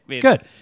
Good